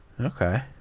Okay